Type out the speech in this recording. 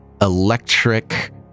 electric